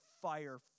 fire